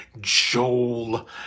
Joel